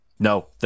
No